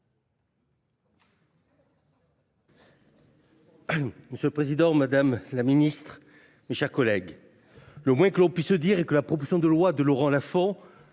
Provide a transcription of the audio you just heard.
M. le Président, Mme la Ministre, mes chers collègues, le moins que l'on puisse se dire est que la propulsion de loi de Laurent Laffont